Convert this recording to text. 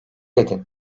edin